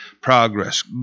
progress